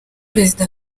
perezida